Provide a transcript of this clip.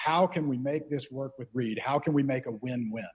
how can we make this work with reed how can we make a win win